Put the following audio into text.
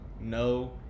no